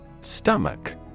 Stomach